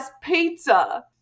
pizza